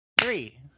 three